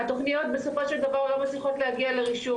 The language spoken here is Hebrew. התוכניות בסופו של דבר לא מצליחות להגיע לרישום,